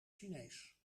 chinees